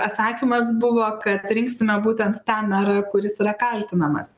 atsakymas buvo kad rinksime būtent tą merą kuris yra kaltinamas